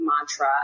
mantra